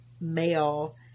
male